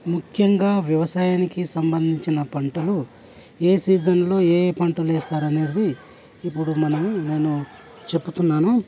ముఖ్యంగా వ్యవసాయానికి సంబంధించిన పంటలు ఏ సీజన్లో ఏ పంట వేసారు అనేది ఇప్పుడు మనం నేను చెప్తున్నాను